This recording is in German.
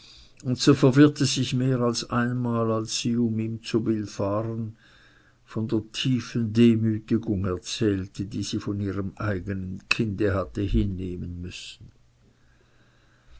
und sie verwirrte sich mehr als einmal als sie um ihm zu willfahren von der tiefen demütigung erzählte die sie von ihrem eigenen kinde hatte hinnehmen müssen